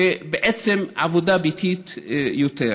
ובעצם עבודה ביתית יותר.